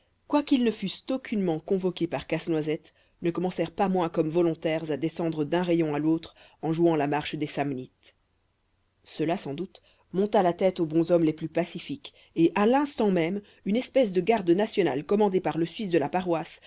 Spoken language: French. quoiqu'ils ne fussent aucunement convoqués par casse-noisette ne commencèrent pas moins comme volontaires à descendre d'un rayon à l'autre en jouant la marche des samnites cela sans doute monta la tête aux bonshommes les plus pacifiques et à l'instant même une espèce de garde nationale commandée par le suisse de la paroisse